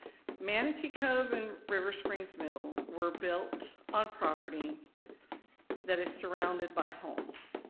manatee cove and river springs middle were built on property that is surrounded by homes.